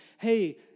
Hey